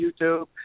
YouTube